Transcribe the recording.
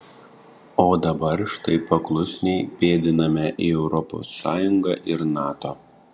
o dabar štai paklusniai pėdiname į europos sąjungą ir nato